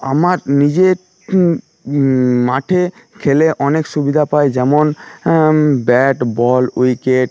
আমার নিজের মাঠে খেলে অনেক সুবিধা পাই যেমন ব্যাট বল উইকেট